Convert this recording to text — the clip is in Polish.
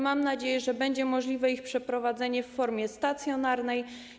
Mam nadzieję, że będzie możliwe ich przeprowadzenie w formie stacjonarnej.